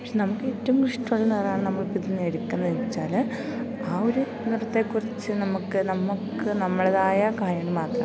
പക്ഷെ നമുക്കേറ്റവും ഇഷ്ടമുള്ള നിറമാണ് നമ്മൾ ഇതിൽ നിന്നെടുക്കുന്നതെന്നു വെച്ചാൽ ആ ഒരു നിറത്തെ കുറിച്ച് നമുക്ക് നമുക്ക് നമ്മളുടേതായ കാര്യങ്ങൾ മാത്രം